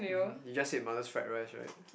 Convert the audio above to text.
you just said mother's fried rice right